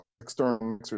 external